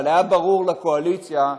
אבל היה ברור לקואליציה,